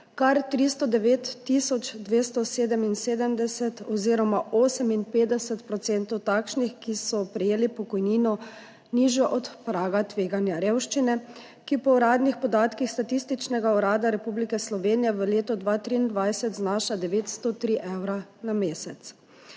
kar 309 tisoč 277 oziroma 58 % takšnih, ki so prejeli pokojnino, nižjo od praga tveganja revščine, ki po uradnih podatkih Statističnega urada Republike Slovenije v letu 2023 znaša 903 evre na mesec.